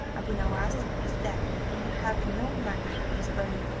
abu nowas, is dead, and you have no money for his burial.